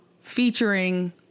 featuring